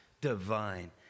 divine